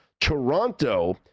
Toronto